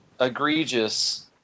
egregious